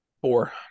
Four